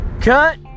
Cut